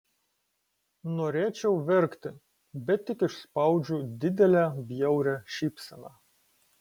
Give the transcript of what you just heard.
norėčiau verkti bet tik išspaudžiu didelę bjaurią šypseną